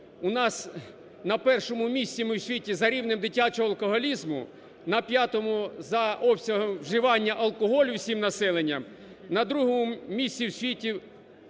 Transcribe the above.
У нас на першому місці ми в світі за рівнем дитячого алкоголізму, на п'ятому – за обсягами вживання алкоголю всім населенням, на другому місці у світу